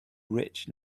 rich